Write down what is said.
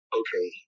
okay